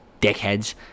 dickheads